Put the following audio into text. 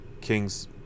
king's